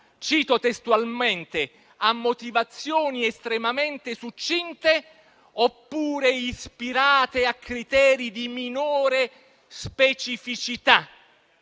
che si ricorra a motivazioni estremamente succinte, oppure ispirate a criteri di minore specificità.